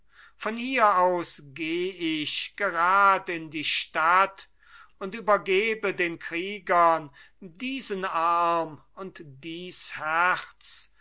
von hier aus geh ich gerad in die stadt und übergebe den kriegern diesen arm und dies herz